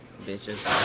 Bitches